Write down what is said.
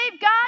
God